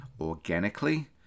organically